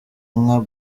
nka